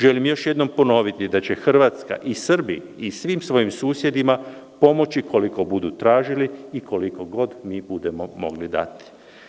Želim još jednom ponoviti da će Hrvatska i Srbiji i svim svojim susedima pomoći koliko budu tražili i koliko god mi budemo mogli dati.